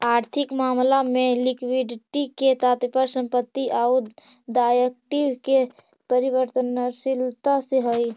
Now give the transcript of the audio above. आर्थिक मामला में लिक्विडिटी के तात्पर्य संपत्ति आउ दायित्व के परिवर्तनशीलता से हई